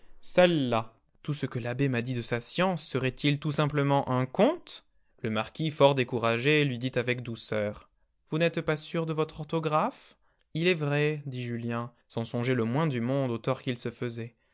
cella tout ce que l'abbé m'a dit de sa science serait-il tout simplement un conte le marquis fort décourage lui dit avec douceur vous n'êtes pas sûr de votre orthographe il est vrai dit julien sans songer le moins du monde au tort qu'il se faisait